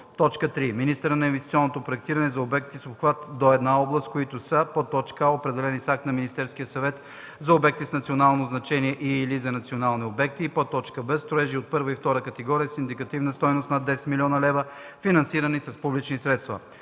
закон; 3. министъра на инвестиционното проектиране – за обекти с обхват до една област, които са: а) определени с акт на Министерския съвет за обекти с национално значение и/или за национални обекти; б) строежи от първа и втора категория с индикативна стойност над 10 000 000 лв., финансирани с публични средства.